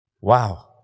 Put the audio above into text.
Wow